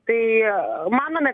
tai manome